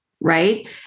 right